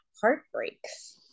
heartbreaks